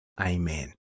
Amen